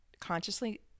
consciously